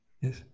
Yes